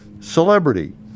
Celebrity